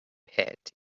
pit